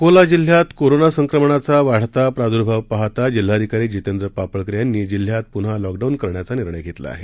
अकोला जिल्ह्यात कोरोना संक्रमणाचा वाढता प्रादूर्भाव पाहता जिल्हाधिकारी जितेंद्र पापळकर यांनी जिल्ह्यात पुन्हा लॉकडाऊन करण्याचा निर्णय घेतला आहे